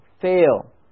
fail